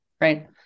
right